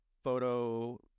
Photo